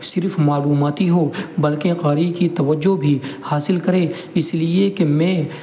صرف معلوماتی ہو بلکہ قاری کی توجہ بھی حاصل کرے اس لیے کہ میں